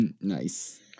Nice